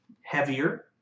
heavier